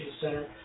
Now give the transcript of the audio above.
center